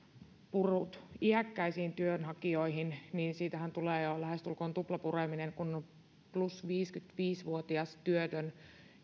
purrut iäkkäisiin työnhakijoihin niin siitähän tulee jo lähestulkoon tuplapureminen eli plus viisikymmentäviisi vuotias työtön